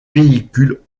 véhicules